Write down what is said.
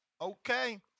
Okay